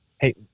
Hey